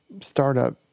startup